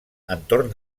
entorn